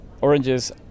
oranges